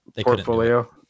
Portfolio